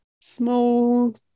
small